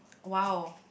!wow!